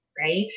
right